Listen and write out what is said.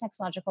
sexological